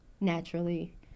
naturally